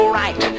right